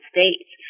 States